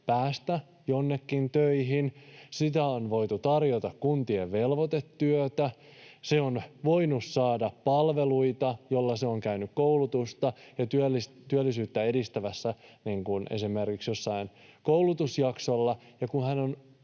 päästä jonnekin töihin, on voitu tarjota kuntien velvoitetyötä, on voinut saada palveluita, joilla on esimerkiksi käynyt koulutusta ja työllisyyttä edistävällä koulutusjaksolla.